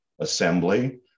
assembly